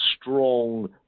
strong